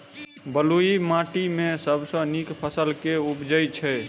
बलुई माटि मे सबसँ नीक फसल केँ उबजई छै?